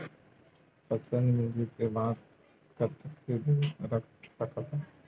फसल मिंजे के बाद कतेक दिन रख सकथन?